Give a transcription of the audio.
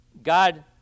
God